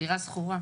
דירה שכורה.